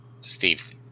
Steve